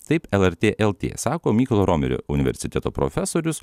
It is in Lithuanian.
taip lrt lt sako mykolo romerio universiteto profesorius